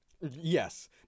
Yes